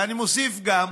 ואני מוסיף גם,